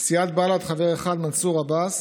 סיעת בל"ד, חבר אחד: מנסור עבאס,